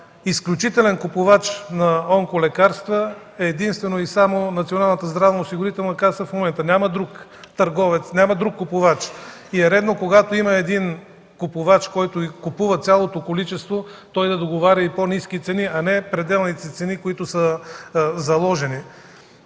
изключителен купувач на онколекарства в момента е единствено и само Националната здравноосигурителна каса. Няма друг търговец, няма друг купувач. Редно е когато има един купувач, който купува цялото количество, той да договаря и по-ниски цени, а не пределните цени, които са заложени.